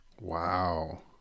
Wow